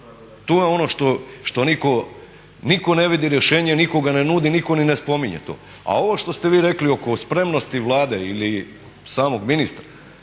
Tu je on što nitko ne vidi rješenje, nitko ga ne nudi, nitko ni ne spominje to. A ovo što ste vi rekli oko spremnosti Vlade ili samog ministra,